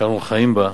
שאנחנו חיים בה,